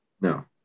No